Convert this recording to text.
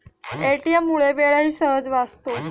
ATM मुळे वेळही सहज वाचतो